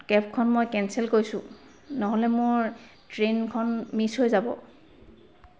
কেবখন মই কেনচেল কৰিছো নহ'লে মোৰ ট্ৰেইনখন মিছ হৈ যাব